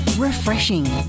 refreshing